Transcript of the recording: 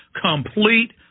complete